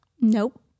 Nope